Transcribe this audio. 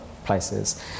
Places